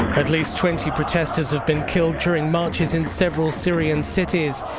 at least twenty protesters have been killed during marches in several syrian cities.